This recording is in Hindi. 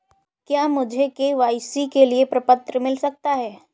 क्या मुझे के.वाई.सी के लिए प्रपत्र मिल सकता है?